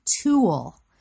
tool